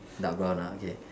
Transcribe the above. dark brown ah okay